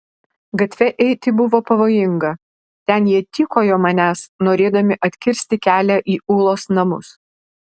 gatve eiti buvo pavojinga ten jie tykojo manęs norėdami atkirsti kelią į ulos namus